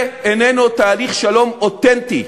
זה איננו תהליך שלום אותנטי.